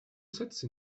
sätze